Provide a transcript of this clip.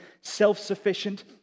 Self-sufficient